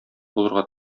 булырга